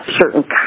certain